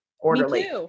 orderly